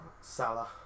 Salah